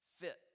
fit